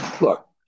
look